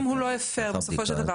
אם הוא לא הפר בסופו של דבר,